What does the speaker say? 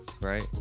Right